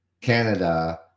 Canada